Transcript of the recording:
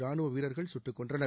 ராணுவ வீரர்கள் சுட்டுக்கொண்றனர்